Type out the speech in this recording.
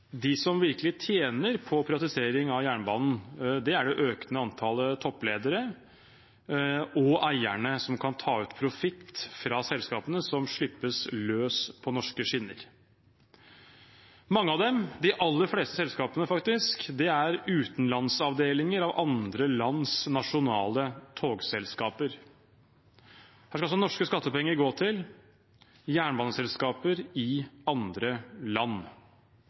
De som virkelig tjener på privatisering av jernbanen, er det økende antallet toppledere og eierne, som kan ta ut profitt fra selskapene som slippes løs på norske skinner. Mange av dem, de aller fleste selskapene, faktisk, er utenlandsavdelinger av andre lands nasjonale togselskaper. Her skal altså norske skattepenger gå til jernbaneselskaper i andre land.